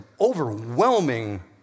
overwhelming